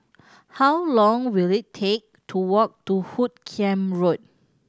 how long will it take to walk to Hoot Kiam Road